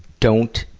don't